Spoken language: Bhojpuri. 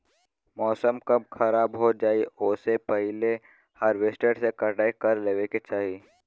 मौसम कब खराब हो जाई ओसे पहिले हॉरवेस्टर से कटाई कर लेवे के चाही